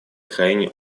крайне